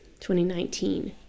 2019